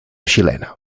xilena